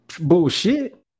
Bullshit